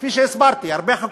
כפי שהסברתי, הרבה חוקים.